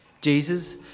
Jesus